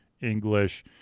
English